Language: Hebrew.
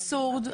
אבסורד,